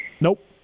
Nope